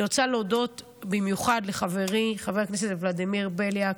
אני רוצה להודות במיוחד לחברי חבר הכנסת ולדימיר בליאק.